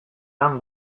lan